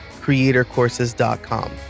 creatorcourses.com